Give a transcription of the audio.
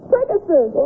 Pegasus